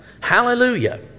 Hallelujah